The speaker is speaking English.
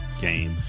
game